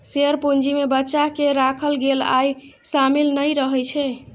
share पूंजी मे बचा कें राखल गेल आय शामिल नहि रहै छै